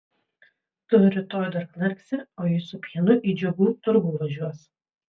tu rytoj dar knarksi o jis su pienu į džiugų turgų važiuos